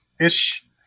ish